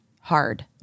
Hard